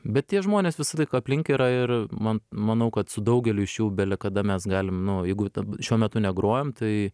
bet tie žmonės visąlaik aplink yra ir man manau kad su daugeliu iš jų bele kada mes galim nu jeigu tam šiuo metu negrojom tai